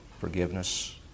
forgiveness